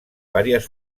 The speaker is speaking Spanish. varias